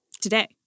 today